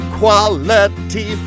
quality